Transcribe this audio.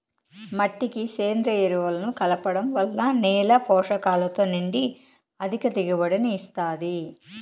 మట్టికి సేంద్రీయ ఎరువులను కలపడం వల్ల నేల పోషకాలతో నిండి అధిక దిగుబడిని ఇస్తాది